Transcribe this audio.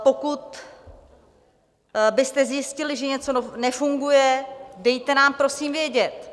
Pokud byste zjistili, že něco nefunguje, dejte nám prosím vědět.